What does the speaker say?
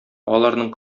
аларның